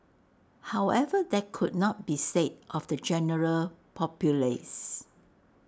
however that could not be say of the general populace